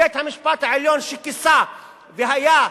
בית-המשפט העליון, שכיסה והיה,